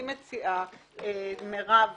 אני מציעה למרב